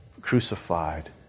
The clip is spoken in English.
crucified